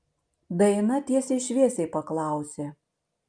daina tiesiai šviesiai paklausė